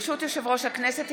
ברשות יושב-ראש הכנסת,